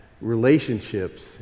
relationships